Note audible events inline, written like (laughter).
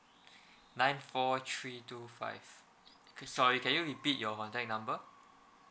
(breath) nine four three two five sorry can you repeat your contact number